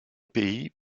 pays